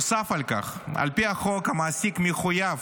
נוסף על כך, על פי החוק, המעסיק מחויב